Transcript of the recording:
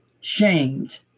shamed